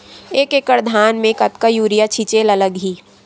एक एकड़ धान में कतका यूरिया छिंचे ला लगही?